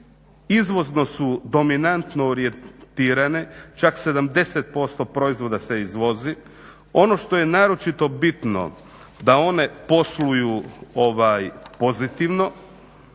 Izvozno su dominantno orijentirane, čak 70% proizvoda se izvozi. Ono što je naročito bitno da one posluju pozitivno